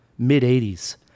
mid-'80s